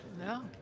No